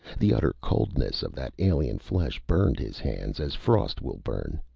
the utter coldness of that alien flesh burned his hands as frost will burn.